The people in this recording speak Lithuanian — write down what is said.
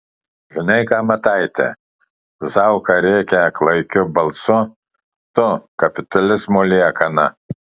žinai ką mataiti zauka rėkia klaikiu balsu tu kapitalizmo liekana